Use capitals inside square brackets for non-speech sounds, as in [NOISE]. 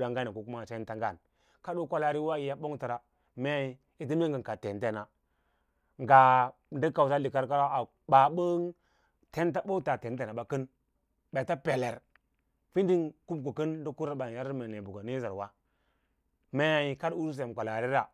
kanda ngas a sent ngs kadoo walaari nwa ni yau bong tar mei ete mee ngan kav wa bas [NOISE] senta dots tentens ba kan bets reve kan kub ko fir uba ba yusa mar nebukadnezzarya mei kad usu sem kwalaarira